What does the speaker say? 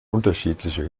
unterschiedliche